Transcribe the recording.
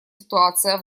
ситуация